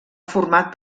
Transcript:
format